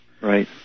Right